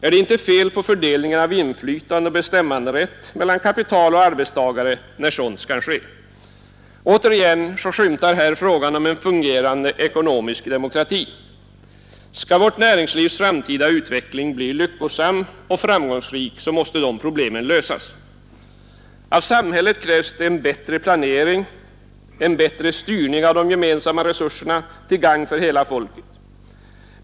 Är det inte fel på fördelningen av inflytande och bestämmanderätt mellan kapital och arbetstagare, när sådant kan ske? Återigen skymtar här frågan om en fungerande ekonomisk demokrati. Skall vårt näringslivs framtida utveckling bli lyckosam och framgångsrik, så måste dessa problem lösas. Av samhället krävs en bättre planering, en bättre styrning av de gemensamma resurserna, till gagn för hela folket.